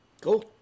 cool